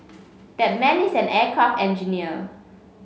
that man is an aircraft engineer